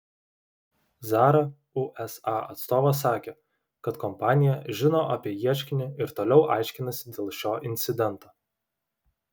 zara usa atstovas sakė kad kompanija žino apie ieškinį ir toliau aiškinasi dėl šio incidento